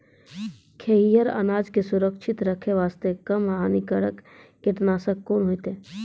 खैहियन अनाज के सुरक्षित रखे बास्ते, कम हानिकर कीटनासक कोंन होइतै?